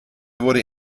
wurde